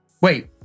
wait